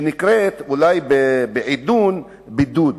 שנקראת אולי בעידון "בידוד",